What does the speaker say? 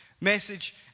message